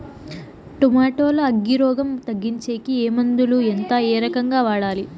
Tomato లో అగ్గి రోగం తగ్గించేకి ఏ మందులు? ఎంత? ఏ రకంగా వాడాలి?